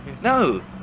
no